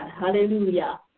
Hallelujah